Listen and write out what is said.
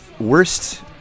Worst